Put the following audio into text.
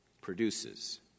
produces